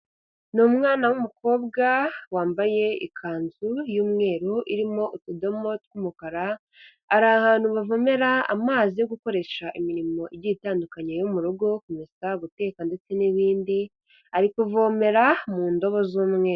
Ni umwana w'umukobwa wambaye ikanzu y'umweru irimo utudomo tw'umukara, ari ahantu bavomera amazi yo gukoresha imirimo igiye itandukanye yo mu rugo, kumesa, guteka ndetse n'ibindi, ari kuvomera mu ndobo z'umweru.